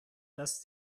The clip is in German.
dass